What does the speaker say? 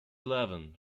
eleven